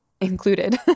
included